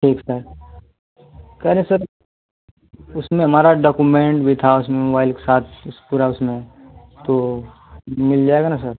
ठीक सर कहे रहे सर उसमें हमारा डकुमेंट भी था उसमें मुबाइल के साथ उस पूरा उसमें तो मिल जाएगा न सर